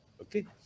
Okay